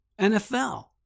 NFL